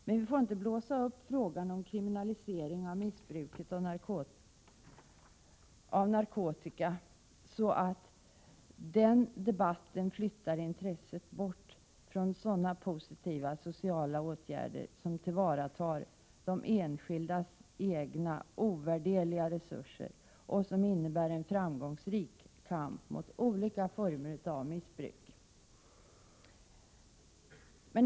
Men vi får inte blåsa upp frågan om kriminalisering av missbruket av narkotika så att den debatten flyttar intresset bort från sådana positiva sociala åtgärder som tillvaratar de enskildas egna, ovärderliga resurser och som innebär en framgångsrik kamp mot olika former av missbruk.